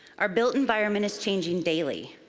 our built environment is changing daily,